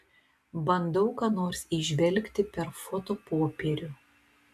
bandau ką nors įžvelgti per fotopopierių